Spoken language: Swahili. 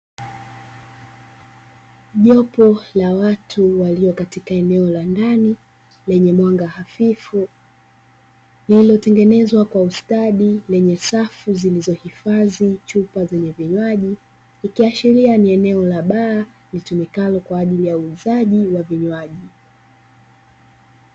Jopo la watu waliopo katika eneo la ndani lenye mwanga hafifu lililotengenezwa kwa ustadi na safu zilizohifadhi chupa zenye vinywaji, ikiashiria ni eneo la baa litumikalo kwa ajili ya uuzaji wa vinywaji.